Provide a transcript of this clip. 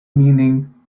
meaning